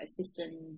assistant